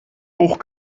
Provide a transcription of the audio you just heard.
hoch